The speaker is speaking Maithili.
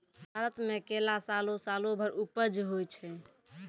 भारत मे केला सालो सालो भर उपज होय छै